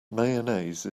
mayonnaise